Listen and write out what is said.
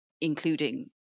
including